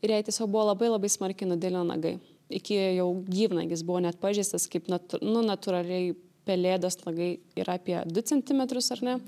ir jai tiesiog buvo labai labai smarkiai nudilę nagai iki jau gyvnagis buvo net pažeistas kaip nat nu natūraliai pelėdos nagai yra apie du centimetrus ar ne